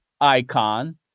icon